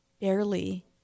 barely